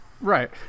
Right